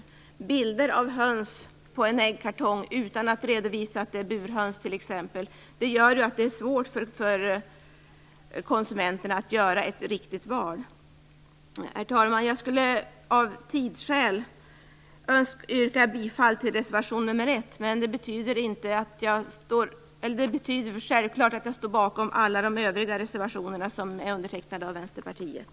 Det kan t.ex. vara bilder av höns på en äggkartong utan att det redovisas att det är burhöns. Det gör ju att det år svårt för konsumenterna att göra ett riktigt val. Herr talman! Av tidsskäl yrkar jag bara bifall till reservation nr 1, men jag står självfallet bakom alla övriga reservationer som är undertecknade av vänsterpartister.